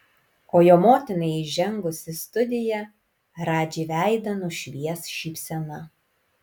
o jo motinai įžengus į studiją radži veidą nušvies šypsena